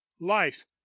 life